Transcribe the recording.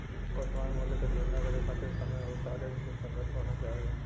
वर्तमान मूल्य क तुलना करे खातिर समय आउर तारीख सुसंगत होना चाही